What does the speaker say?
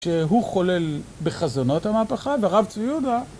שהוא חולל בחזונו את המהפכה וברב צבי יהודה